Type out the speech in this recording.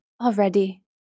already